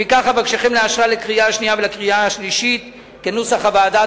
לפיכך אבקשכם לאשרה בקריאה שנייה ובקריאה שלישית כנוסח הוועדה.